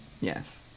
Yes